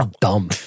dumb